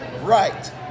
right